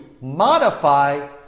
modify